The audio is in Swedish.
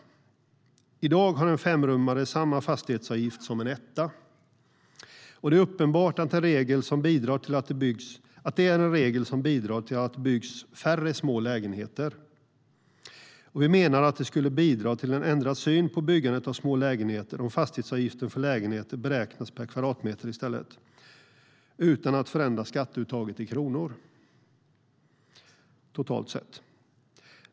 I dag har en femrummare samma fastighetsavgift som en etta. Det är uppenbart att det är en regel som bidrar till att det byggs färre små lägenheter. Vi menar att det skulle bidra till en ändrad syn på byggandet av små lägenheter om fastighetsavgiften för lägenheter beräknades per kvadratmeter i stället, utan att det totala skatteuttaget i kronor förändras.